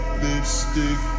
lipstick